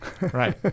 Right